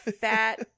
Fat